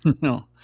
No